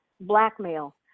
blackmail